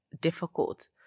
difficult